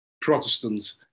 Protestants